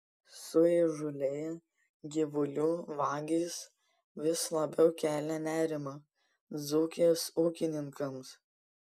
suįžūlėję gyvulių vagys vis labiau kelia nerimą dzūkijos ūkininkams